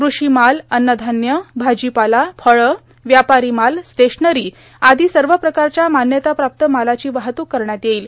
कृषी मालअन्नधान्य भाजीपाला फळं व्यापारां माल स्टेशनरां आदों सवे प्रकारच्या मान्यताप्राप्त मालाची वाहतूक करण्यात येईल